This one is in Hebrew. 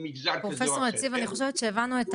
פרופ' יציב, אני חושבת שהבנו.